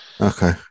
Okay